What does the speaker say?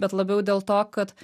bet labiau dėl to kad